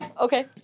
Okay